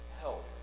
help